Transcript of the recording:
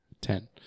ten